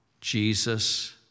Jesus